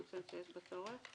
אני חושבת שיש בה צורך.